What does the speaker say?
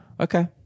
Okay